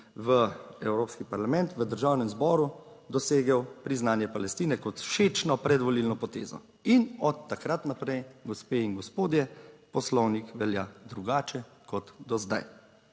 v Evropski parlament v Državnem zboru dosegel priznanje Palestine kot všečno predvolilno potezo in od takrat naprej, gospe in gospodje, poslovnik velja drugače kot do zdaj